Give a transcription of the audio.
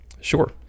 Sure